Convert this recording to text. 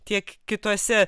tiek kitose